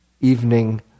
evening